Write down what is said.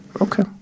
Okay